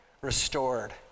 restored